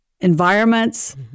environments